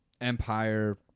Empire